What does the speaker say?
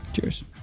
Cheers